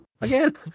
again